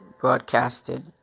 broadcasted